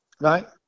right